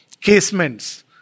casements